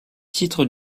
titres